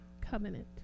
covenant